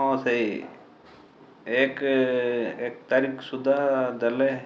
ହଁ ସେଇ ଏକ ଏକ ତାରିଖ ସୁଦ୍ଧା ଦେଲେ